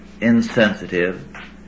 insensitive